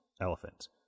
elephant